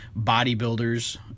bodybuilders